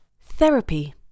Therapy